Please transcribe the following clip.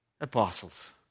Apostles